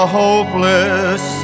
hopeless